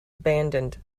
abandoned